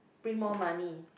bring more money